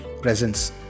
presence